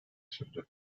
sürdü